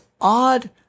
odd